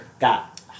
got